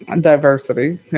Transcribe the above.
diversity